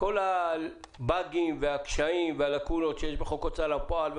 כל הבאגים והקשיים והלאקונות שיש בחוק הוצאה לפועל,